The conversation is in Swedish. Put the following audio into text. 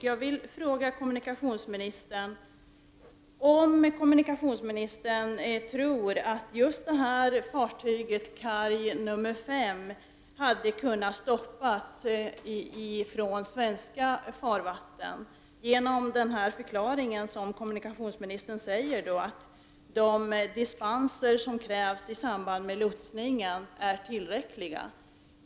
Jag vill fråga kommunikationsministern: Tror kommunikationsministern att just det här fartyget, Kharg 5, hade kunnat hindras att färdas på svenskt farvatten genom de dispenser som krävs i samband med lotsningen och som kommunikationsministern här förklarar är tillräckliga?